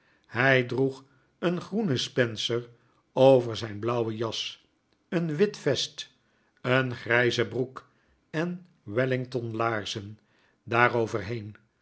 hij droeg een groene spencer over zijn blauwe jas een wit vest een grijze broek en